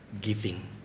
giving